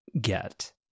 get